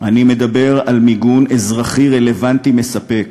אני מדבר על מיגון אזרחי, רלוונטי מספק.